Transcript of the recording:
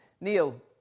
Neil